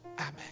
Amen